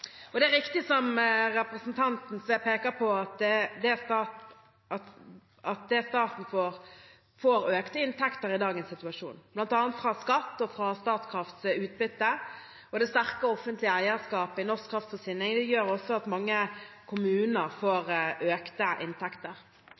Det er riktig, som representanten peker på, at staten får økte inntekter i dagens situasjon, bl.a. fra skatt og fra Statkrafts utbytte. Det sterke offentlige eierskapet i norsk kraftforsyning gjør også at mange kommuner får